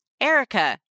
Erica